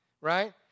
right